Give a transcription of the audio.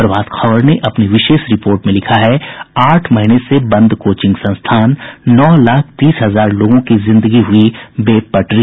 प्रभात खबर ने अपनी विशेष खबर में लिखा है आठ महीने से बंद कोचिंग संस्थान नौ लाख तीस हजार लोगों की जिंदगी हुई बेपटरी